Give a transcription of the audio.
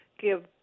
give